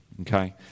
okay